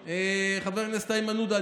חבר הכנסת איימן עודה,